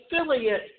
affiliate